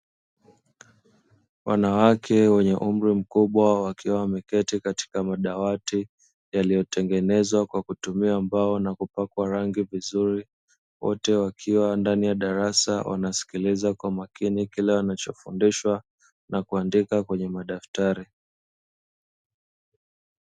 Wanawake wenye umri mkubwa wakiwa wameketi katika madawati yaliyotengenezwa kwa kutumia mbao na kupakwa rangi vizuri, wote wakiwa ndani ya darasa wanasikiliza kwa makini kile wanachofundishwa na kuandika kwenye madaftari.